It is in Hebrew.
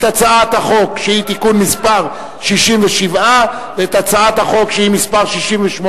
את הצעת החוק שהיא תיקון מס' 67 ואת הצעת החוק שהיא מס' 68,